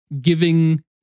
giving